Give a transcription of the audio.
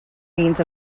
means